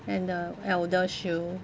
and the eldershield